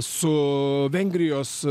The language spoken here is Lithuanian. su vengrijos